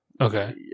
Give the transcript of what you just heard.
Okay